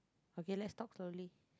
okay let's talk slowly